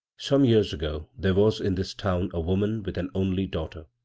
some years ago there was in this town a woman with an only daughter.